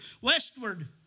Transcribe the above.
westward